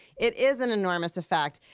it is an enormous effect.